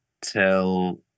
till